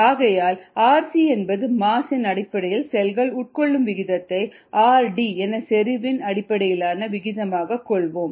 ஆகையால் rc என்பது mass இன் அடிப்படையில் செல்கள் உட்கொள்ளும் விகிதத்தை rd என செறிவின் அடிப்படையிலான விகிதமாக கொள்வோம்